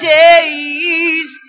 days